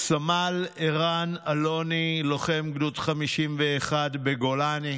סמל ערן אלוני, לוחם בגדוד 51 בגולני,